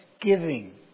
giving